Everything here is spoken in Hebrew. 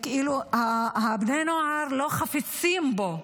ובני הנוער לא חפצים בו,